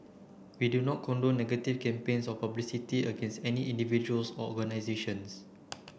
we do not condone negative campaigns or publicity against any individuals or organisations